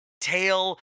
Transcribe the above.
tail